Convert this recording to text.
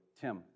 Tim